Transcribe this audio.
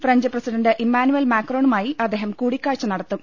French president Emmanuel മാക്രോ ണുമായി അദ്ദേഹം കൂടിക്കാഴ്ച നടത്തും